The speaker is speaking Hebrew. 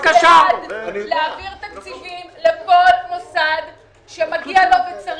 אנחנו בעד להעביר תקציבים לכל מוסד שמגיע לו וצריך,